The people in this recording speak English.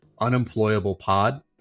unemployablepod